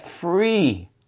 free